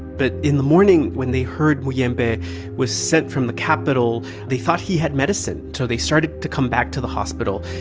but in the morning, when they heard muyembe was sent from the capital, they thought he had medicine. so they started to come back to the hospital,